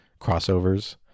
crossovers